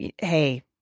Hey